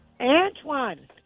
Antoine